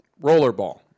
Rollerball